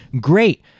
Great